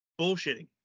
Bullshitting